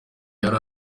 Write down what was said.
yari